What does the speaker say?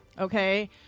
Okay